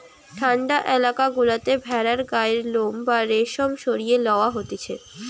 ঠান্ডা এলাকা গুলাতে ভেড়ার গায়ের লোম বা রেশম সরিয়ে লওয়া হতিছে